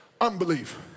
Unbelief